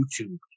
YouTube